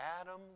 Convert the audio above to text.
Adam